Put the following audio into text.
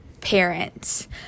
parents